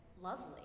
lovely